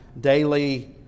daily